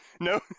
No